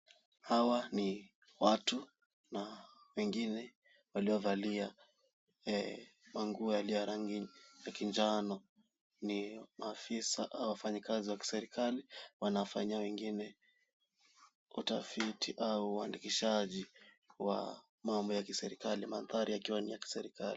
Hawa ni watu na wengine waliovalia manguo yaliyo ya rangi ya kinjano ni maafisa au wafanyakazi wa kiserikali, wanafanyia wengine utafiti au uandikishaji wa mambo ya kiserekali. Mandhari yakiwa ni ya kiserekali.